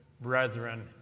brethren